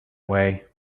way